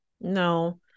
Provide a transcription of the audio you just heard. no